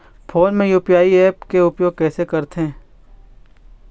Phone मे UPI app के उपयोग कइसे करथे?